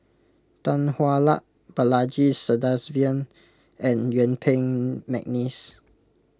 Tan Hwa Luck Balaji Sadasivan and Yuen Peng McNeice